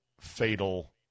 fatal